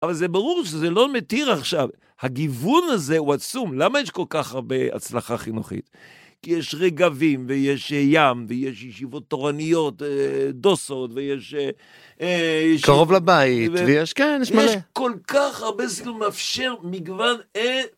אבל זה ברור שזה לא מתיר עכשיו. הגיוון הזה הוא עצום, למה יש כל כך הרבה הצלחה חינוכית? כי יש רגבים, ויש ים, ויש יישיבות תורניות, דוסות, ויש... קרוב לבית, ויש כן, יש מלא. יש כל כך הרבה סגנונות מאפשר מגוון אינ...